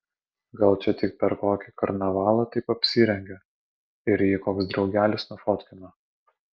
gal čia tik per kokį karnavalą taip apsirengė ir jį koks draugelis nufotkino